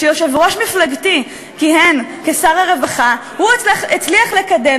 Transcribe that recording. כשיושב-ראש מפלגתי כיהן כשר הרווחה הוא הצליח לקדם,